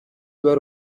were